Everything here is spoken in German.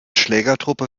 schlägertruppe